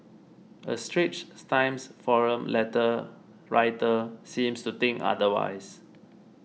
a Straits Times forum letter writer seems to think otherwise